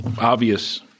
obvious